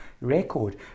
record